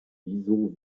wieso